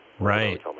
Right